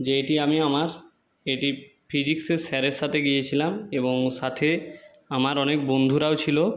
যেইটি আমি আমার এটি ফিজিক্সের স্যারের সাথে গিয়েছিলাম এবং সাথে আমার অনেক বন্ধুরাও ছিল